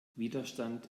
widerstand